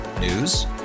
news